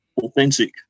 authentic